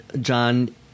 John